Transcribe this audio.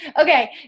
Okay